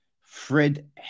Fred